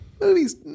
Movies